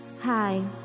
Hi